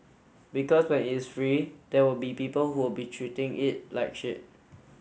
because when it's free there will be people who be treating it like shit